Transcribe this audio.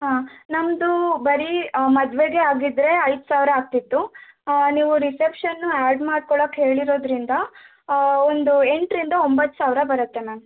ಹಾಂ ನಮ್ಮದು ಬರಿ ಮದುವೆಗೆ ಆಗಿದ್ದರೆ ಐದು ಸಾವಿರ ಆಗ್ತಿತ್ತು ನೀವು ರಿಸಪ್ಷನ್ನು ಆ್ಯಡ್ ಮಾಡ್ಕೊಳಕ್ಕೆ ಹೇಳಿರೋದರಿಂದ ಒಂದು ಎಂಟರಿಂದ ಒಂಬತ್ತು ಸಾವಿರ ಬರತ್ತೆ ಮ್ಯಾಮ್